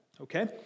okay